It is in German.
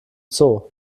zoo